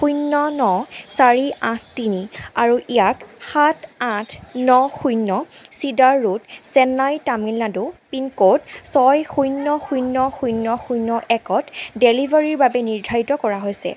শূন্য ন চাৰি আঠ তিনি আৰু ইয়াক সাত আঠ ন শূন্য cedar road Chennai Tamil Nadu pincode ছয় শূন্য শূন্য শূন্য শূন্য একত ডেলিভাৰীৰ বাবে নিৰ্ধাৰিত কৰা হৈছে